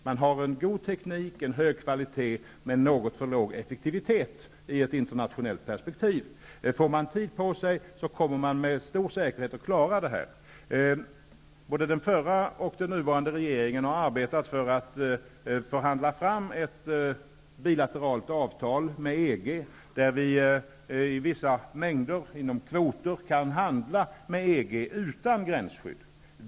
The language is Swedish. Den har en god teknik och en hög kvalitet, men något för låg effektivitet i ett internationellt perspektiv. Får man tid på sig kommer man med stor säkerhet att klara uppgiften. Både den förra och den nuvarande regeringen har arbetat för att förhandla fram ett bilateralt avtal med EG, där vi inom vissa kvoter kan handla med EG utan gränsskydd.